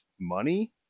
money